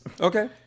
Okay